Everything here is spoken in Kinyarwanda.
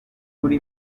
kuri